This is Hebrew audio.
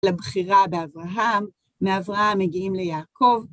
לבחירה באברהם, מאברהם מגיעים ליעקב.